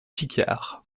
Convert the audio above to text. picard